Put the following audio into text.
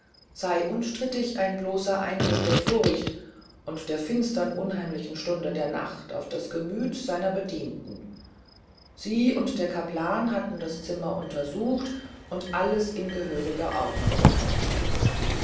sey unstreitig ein bloßer eindruck der furcht und der finstern unheimlichen stunde der nacht auf das gemüth seiner bedienten sie und der capellan hatten das zimmer untersucht und alles in gehöriger ordnung gefunden